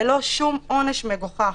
ללא שום עונש מגוחך,